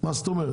מה זאת אומרת?